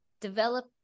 develop